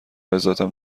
عزتم